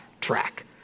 track